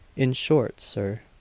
in short, sir,